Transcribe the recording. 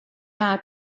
how